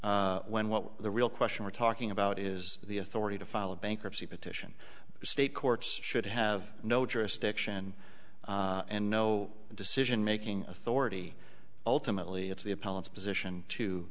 when what the real question we're talking about is the authority to file bankruptcy petition state courts should have no jurisdiction and no decision making authority ultimately it's the appellate position to